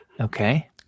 Okay